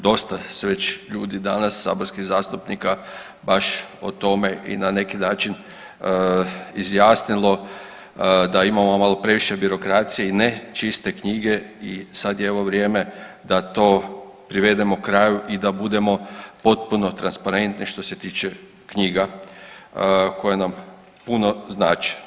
Dosta se već ljudi danas saborskih zastupnika baš o tome i na neki način izjasnilo da imamo malo previše birokracije i ne čiste knjige i sad je evo vrijeme da to privedemo kraju i da budemo popuno transparentni što se tiče knjiga koje nam puno znače.